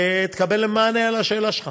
ותקבל מענה על השאלה שלך.